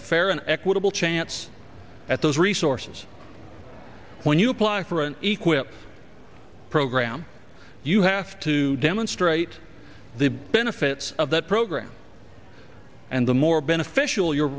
a fair and equitable chance at those resources when you apply for an equal program you have to demonstrate the benefits of that program and the more beneficial your